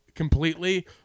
completely